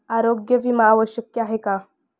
आरोग्य विमा का आवश्यक असतो?